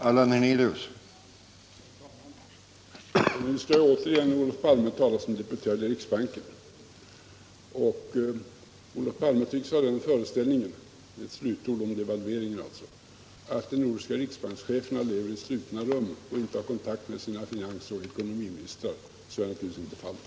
Herr talman! Nu skall jag återigen, Olof Palme, tala som deputerad i riksbanken. Olof Palme tycks ha den föreställningen — detta är alltså ett slutord om devalveringen — att de nordiska riksbankscheferna lever i slutna rum och inte har kontakt med sina finansoch ekonomiministrar. Så är naturligtvis inte fallet.